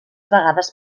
vegades